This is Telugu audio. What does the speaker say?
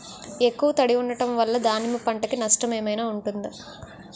ఎక్కువ తడి ఉండడం వల్ల దానిమ్మ పంట కి నష్టం ఏమైనా ఉంటుందా?